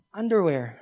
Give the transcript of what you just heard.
underwear